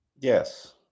Yes